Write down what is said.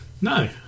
No